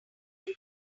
him